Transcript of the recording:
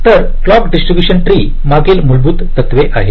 तर clock distribution tree मागील मूलभूत तत्त्व आहे